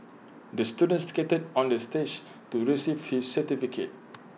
the student skated on the stage to receive his certificate